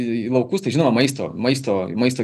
į laukus tai žinoma maisto maisto maisto